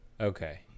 Okay